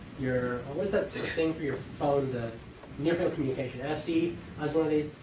your what is that so thing through your phone? the near-field communication, nfc has one of these.